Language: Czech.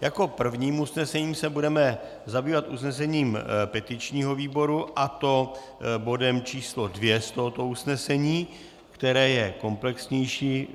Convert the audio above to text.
Jako prvním se budeme zabývat usnesením petičního výboru, a to bodem č. II z tohoto usnesení, které je komplexnější